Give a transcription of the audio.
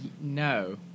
No